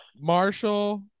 Marshall